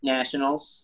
Nationals